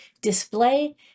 display